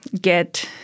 get